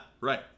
Right